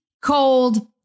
cold